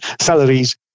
salaries